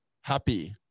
Happy